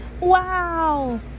Wow